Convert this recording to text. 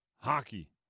hockey